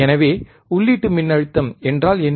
எனவே உள்ளீட்டு மின்னழுத்தம் என்றால் என்ன